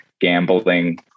gambling